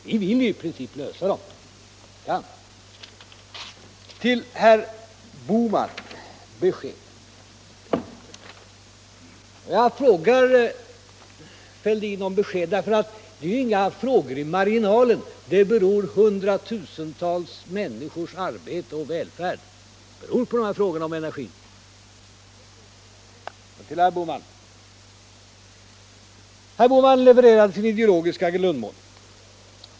Vi vill ju i princip lösa dem. Jag frågar herr Fälldin om besked, för det är ju inga frågor i marginalen. Hundratusentals människors arbete och välfärd beror på de här frågorna om energin. Herr Bohman levererade sin ideologiska grundsyn.